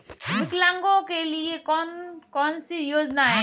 विकलांगों के लिए कौन कौनसी योजना है?